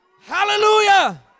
hallelujah